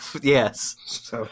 Yes